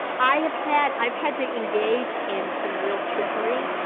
i have had, i've had to engage in some real trickery.